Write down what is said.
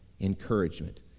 encouragement